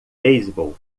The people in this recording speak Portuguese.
beisebol